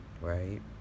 right